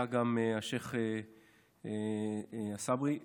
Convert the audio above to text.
היה גם השייח' סברי,